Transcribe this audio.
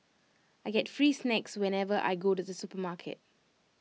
I get free snacks whenever I go to the supermarket